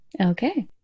Okay